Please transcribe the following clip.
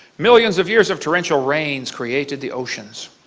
million of years of torrential rains created the oceans.